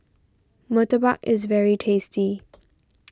Murtabak is very tasty